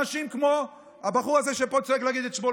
אנשים כמו הבחור הזה שצועק פה, לא